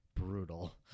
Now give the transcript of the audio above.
brutal